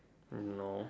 hello